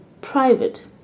private